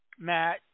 Matt